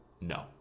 No